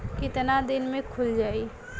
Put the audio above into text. कितना दिन में खुल जाई?